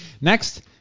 Next